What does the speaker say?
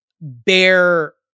bear